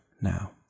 now